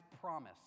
promise